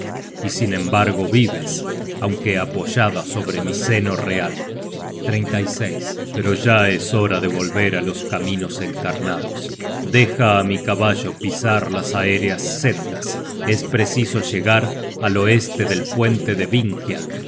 y sin embargo vives aunque apoyada sobre mi seno real pero ya es hora de volver á los caminos encarnados deja á mi caballo pisar las aéreas sendas es preciso llegar al oeste del puente de